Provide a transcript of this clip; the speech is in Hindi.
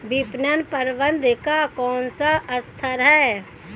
विपणन प्रबंधन का कौन सा स्तर है?